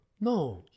No